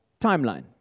timeline